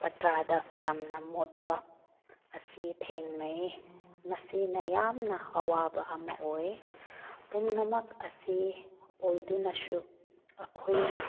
ꯄꯔꯗꯥꯗ ꯌꯥꯝꯅ ꯃꯣꯠꯄ ꯑꯁꯤ ꯊꯦꯡꯅꯩ ꯃꯁꯤꯅ ꯌꯥꯝꯅ ꯑꯋꯥꯕ ꯑꯃ ꯑꯣꯏ ꯄꯨꯝꯅꯃꯛ ꯑꯁꯤ ꯑꯣꯏꯗꯨꯅꯁꯨ ꯑꯩꯈꯣꯏꯅ